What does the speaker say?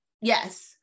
Yes